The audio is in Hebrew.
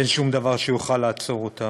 אין שום דבר שיוכל לעצור אותם.